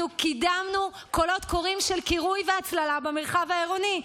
אנחנו קידמנו קולות קוראים של קירוי והצללה במרחב העירוני.